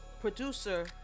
producer